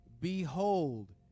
Behold